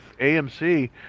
AMC